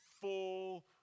full